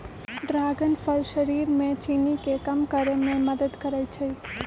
dragon फल शरीर में चीनी के कम करे में मदद करई छई